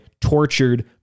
tortured